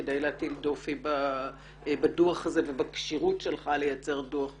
הכול כדי להטיל דופי בדוח הזה ובכשירות שלך לייצר דוח כזה.